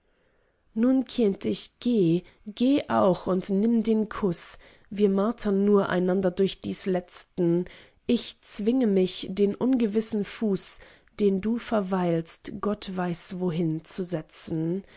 nun kind ich geh geh auch und nimm den kuß wir martern nur einander durch dies letzen ich zwinge mich den ungewissen fuß den du verweilst gott weiß wohin zu setzen